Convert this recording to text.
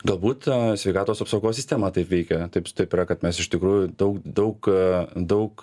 galbūt sveikatos apsaugos sistema taip veikia taips taip yra kad mes iš tikrųjų daug daug daug